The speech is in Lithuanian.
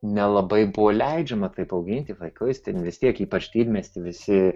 nelabai buvo leidžiama taip auginti vaikus ten vis tiek ypač didmiesty visi